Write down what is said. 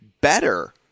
better